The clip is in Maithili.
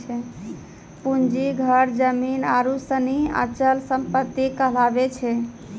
पूंजी घर जमीन आरु सनी अचल सम्पत्ति कहलावै छै